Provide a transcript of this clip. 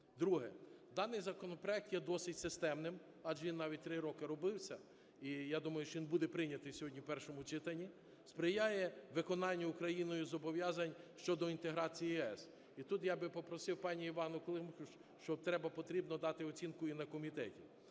Друге. Даний законопроект є досить системним, адже він навіть три роки робився, і я думаю, що він буде прийнятий сьогодні в першому читанні, сприяє виконанню Україною зобов'язань щодо інтеграції ЄС. І тут я би попросив пані Іванну Климпуш, що треба, потрібно дати оцінку і на комітеті.